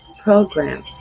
program